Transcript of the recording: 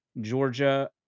Georgia